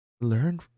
learn